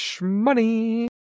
money